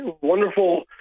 wonderful